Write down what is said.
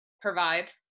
provide